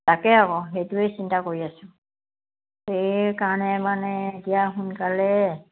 তাকে আকৌ সেইটোৱেইে চিন্তা কৰি আছোঁ সেইকাৰণে মানে এতিয়া সোনকালে